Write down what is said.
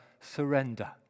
surrender